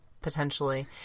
Potentially